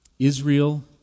Israel